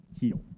heal